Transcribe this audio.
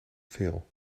veel